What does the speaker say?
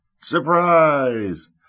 surprise